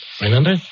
remember